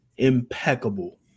Impeccable